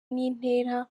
n’intera